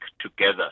together